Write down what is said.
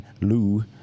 Lou